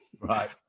Right